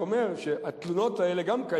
אני מסכים, אני רק אומר שהתלונות האלה גם קיימות.